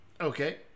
Okay